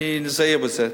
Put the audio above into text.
אני זהיר בזה.